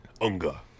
UNGA